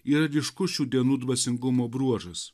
yra ryškus šių dienų dvasingumo bruožas